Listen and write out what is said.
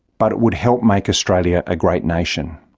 but it would help make australia a great nation.